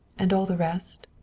and all the rest.